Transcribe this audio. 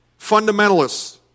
Fundamentalists